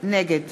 נגד